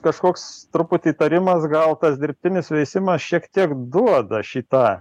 kažkoks truputį įtarimas gal tas dirbtinis veisimas šiek tiek duoda šį tą